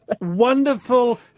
wonderful